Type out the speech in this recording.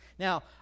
Now